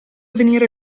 venire